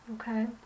Okay